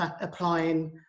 applying